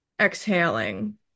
exhaling